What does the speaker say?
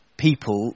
people